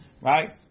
right